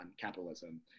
capitalism